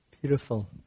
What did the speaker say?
Beautiful